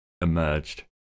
emerged